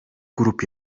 grup